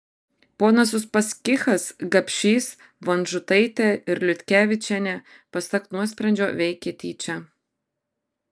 ponas uspaskichas gapšys vonžutaitė ir liutkevičienė pasak nuosprendžio veikė tyčia